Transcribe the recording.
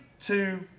Two